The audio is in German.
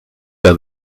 der